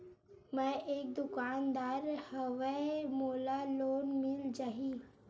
मै एक दुकानदार हवय मोला लोन मिल जाही?